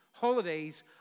Holidays